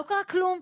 לא קרה כלום,